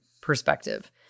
perspective